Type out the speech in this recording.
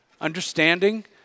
Understanding